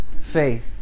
faith